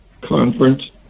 conference